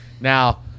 now